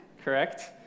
Correct